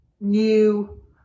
new